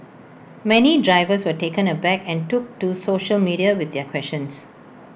many drivers were taken aback and took to social media with their questions